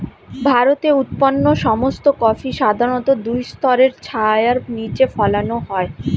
ভারতে উৎপন্ন সমস্ত কফি সাধারণত দুই স্তরের ছায়ার নিচে ফলানো হয়